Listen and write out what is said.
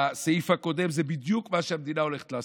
זה בדיוק מה שהמדינה הולכת לעשות.